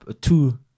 two